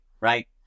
right